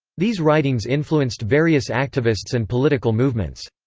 these writings influenced various activists and political movements.